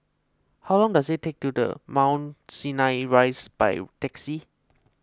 how long does it take to the Mount Sinai Rise by taxi